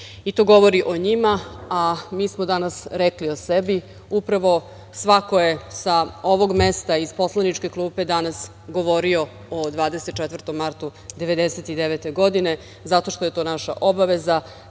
To govori o njima, a mi smo danas rekli o sebi upravo svako je sa ovog mesta, iz poslaničke klupe danas govorio o 24. martu 1999. godine, zato što je to naša obaveza